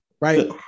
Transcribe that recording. Right